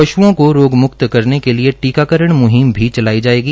पशुओं को रोगमुक्त करने के लिए टीकाकरण मुहिम भी चलाई जाएगी